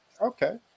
Okay